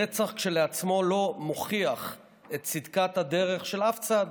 הרצח כשלעצמו לא מוכיח את צדקת הדרך של אף צד,